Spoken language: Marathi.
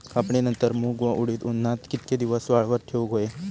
कापणीनंतर मूग व उडीद उन्हात कितके दिवस वाळवत ठेवूक व्हये?